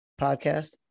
podcast